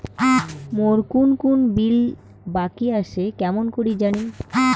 মোর কুন কুন বিল বাকি আসে কেমন করি জানিম?